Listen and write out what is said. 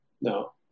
No